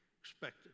expected